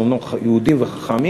אנחנו אומנם יהודים וחכמים,